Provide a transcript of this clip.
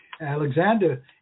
Alexander